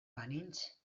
banintz